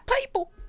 people